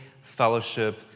fellowship